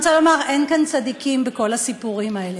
אני רוצה לומר שאין כאן צדיקים בכל הסיפורים האלה.